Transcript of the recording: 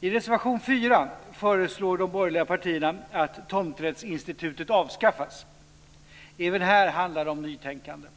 I reservation 4 föreslår de borgerliga partierna att tomträttsinstitutet avskaffas. Även här handlar det om nytänkande.